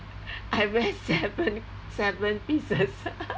I wear seven seven pieces